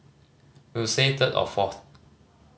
we will say third or fourth